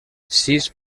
sis